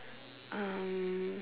um